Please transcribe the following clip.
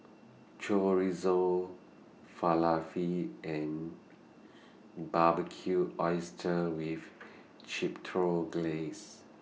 Chorizo Falafel and Barbecued Oysters with Chipotle Glaze